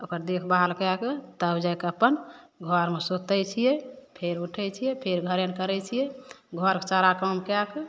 ओकर देखभाल कए के तब जाइके अपन घरमे सुतय छियै फेर उठय छियै फेर घर अर करय छियै घरके सारा काम कए कऽ